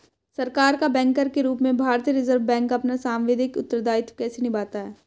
सरकार का बैंकर के रूप में भारतीय रिज़र्व बैंक अपना सांविधिक उत्तरदायित्व कैसे निभाता है?